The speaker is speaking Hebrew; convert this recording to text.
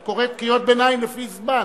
את קוראת קריאות ביניים לפי זמן,